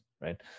Right